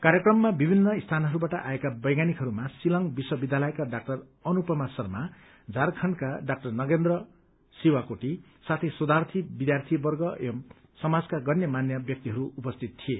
कार्यक्रममा विभित्र स्थानहरूबाट आएका वैज्ञानिकहरूमा शिलांग विश्वविद्यालयका डा अनुपमा शर्मा झारखण्डका डा नगेन्द्र शिवाकोटी साथै शोधार्थी विद्यार्थीवर्ग एवं समाजका गन्यमान्य व्यक्तिहरू उपस्थित थिए